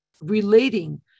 relating